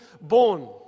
born